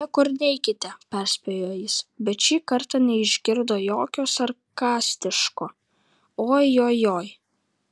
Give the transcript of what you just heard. niekur neikite perspėjo jis bet šį kartą neišgirdo jokio sarkastiško ojojoi